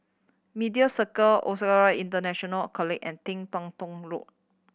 Media Circle International College and Ting Teng Tong Road